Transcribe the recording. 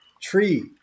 Tree